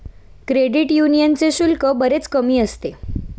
credit यूनियनचे शुल्क बरेच कमी असते